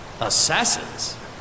Assassins